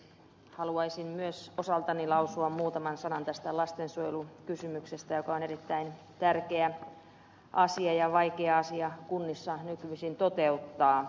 haluaisin myös osaltani lausua muutaman sanan tästä lastensuojelukysymyksestä joka on erittäin vaikea asia kunnissa nykyisin toteuttaa